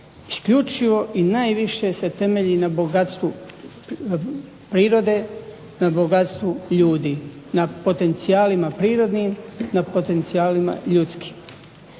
isključivo i najviše se temelji na bogatstvu prirode i bogatstvu ljudi, na potencijalima prirodnim na potencijalima ljudskim.